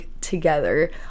together